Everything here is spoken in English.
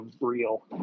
real